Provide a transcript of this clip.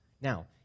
Now